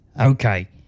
Okay